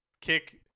kick